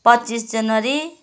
पच्चिस जनवरी